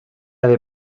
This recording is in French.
avait